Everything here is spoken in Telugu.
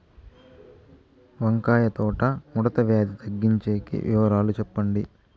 వంకాయ తోట ముడత వ్యాధి తగ్గించేకి వివరాలు చెప్పండి?